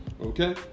Okay